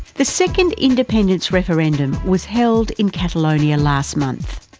the second independence referendum was held in catalonia last month.